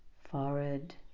forehead